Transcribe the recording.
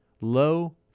low